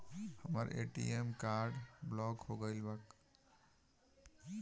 हमर ATM card block हो गईल बा ऊ कईसे ठिक होई?